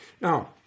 Now